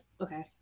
okay